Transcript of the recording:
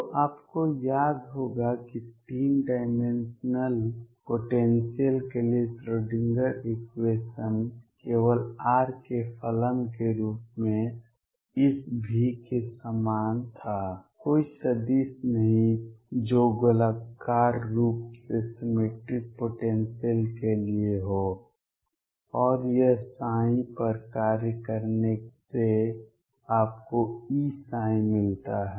तो आपको याद होगा कि 3 डाइमेंशनल पोटेंसियल के लिए श्रोडिंगर इक्वेशन केवल r के फलन के रूप में इस V के समान था कोई सदिश नहीं जो गोलाकार रूप से सिमेट्रिक पोटेंसियल के लिए हो और यह पर कार्य करने से आपको E मिलता है